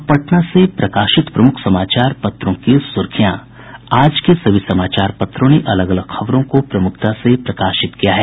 अब पटना से प्रकाशित प्रमुख समाचार पत्रों की सुर्खियां आज के सभी समाचार पत्रों ने अलग अलग खबरों को प्रमुखता से प्रकाशित किया है